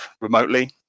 remotely